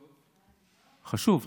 חשוב,